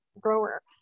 grower